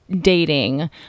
dating